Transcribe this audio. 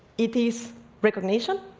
it is recognition,